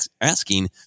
asking